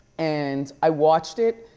and i watched it,